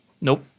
Nope